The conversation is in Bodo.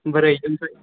बोरैगोनसो